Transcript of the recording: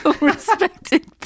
respected